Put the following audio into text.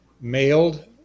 mailed